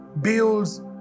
builds